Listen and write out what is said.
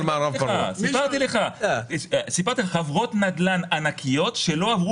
מי שמדווח לא לפי הדין הוא עבריין.